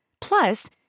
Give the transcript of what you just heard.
Plus